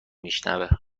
میشنوه